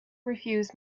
refused